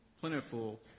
plentiful